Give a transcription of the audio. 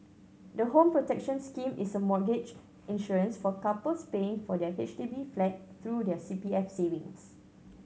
the Home Protection Scheme is a mortgage insurance for couples paying for their H D B flat through their C P F savings